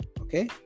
okay